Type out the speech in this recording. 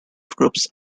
groups